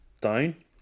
down